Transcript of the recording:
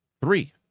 Three